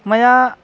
मया